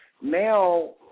now